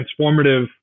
transformative